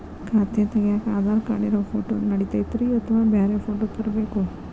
ಖಾತೆ ತಗ್ಯಾಕ್ ಆಧಾರ್ ಕಾರ್ಡ್ ಇರೋ ಫೋಟೋ ನಡಿತೈತ್ರಿ ಅಥವಾ ಬ್ಯಾರೆ ಫೋಟೋ ತರಬೇಕೋ?